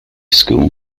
school